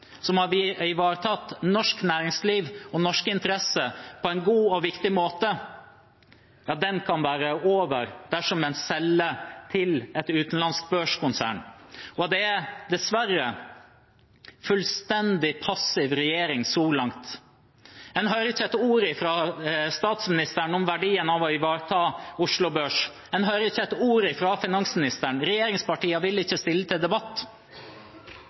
så pågår det en intens kamp om eierskapet til Oslo Børs. En 200 år lang historie om en selvstendig nasjonal børs, som har ivaretatt norsk næringsliv og norske interesser på en god og viktig måte, kan være over dersom en selger til et utenlandsk børskonsern, og det er dessverre en fullstendig passiv regjering så langt. En hører ikke et ord fra statsministeren om verdien av å ivareta Oslo Børs, en hører ikke